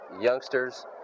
Youngsters